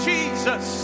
Jesus